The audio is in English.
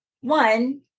One